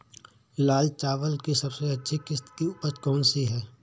लाल चावल की सबसे अच्छी किश्त की उपज कौन सी है?